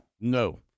No